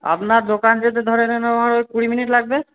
আপনার দোকান যেতে ধরে নিন ওই কুড়ি মিনিট লাগবে